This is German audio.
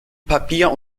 papier